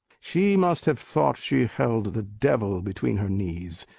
she must have thought she held the devil between her knees.